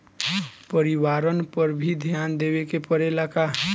परिवारन पर भी ध्यान देवे के परेला का?